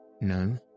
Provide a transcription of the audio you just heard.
no